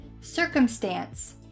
Circumstance